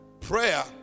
prayer